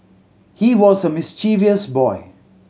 he was a mischievous boy